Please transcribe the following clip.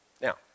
Now